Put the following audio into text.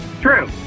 True